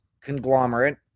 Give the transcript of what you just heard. conglomerate